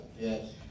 Yes